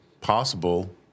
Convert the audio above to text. possible